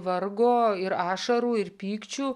vargo ir ašarų ir pykčių